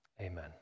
amen